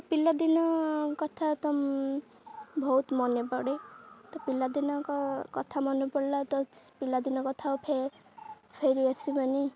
ପିଲାଦିନ କଥା ତ ବହୁତ ମନେ ପଡ଼େ ତ ପିଲାଦିନ କଥା ମନେ ପଡ଼ିଲା ତ ପିଲାଦିନ କଥା ଆଉ ଫେରି ଆସିବନି